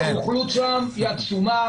רמת הרוכלות שם עצומה.